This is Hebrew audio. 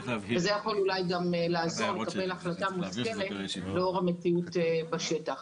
זה אולי יכול לעזור לקבל החלטה מושכלת לאור המציאות בשטח.